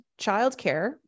childcare